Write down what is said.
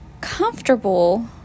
comfortable